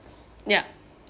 ya